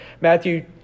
Matthew